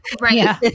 right